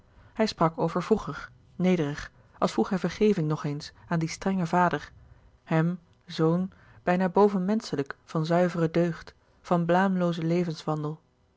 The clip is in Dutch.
hij sprak over vroeger nederig als vroeg hij vergeving nog eens aan dien strengen vader hem zoon bijna bovenmenschelijk van zuivere deugd van blaamloozen